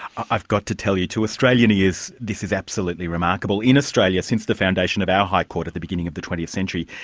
i've got to tell you, to australian ears this is absolutely remarkable. in australia, since the foundation of our high court at the beginning of the twentieth century,